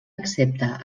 accepta